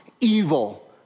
evil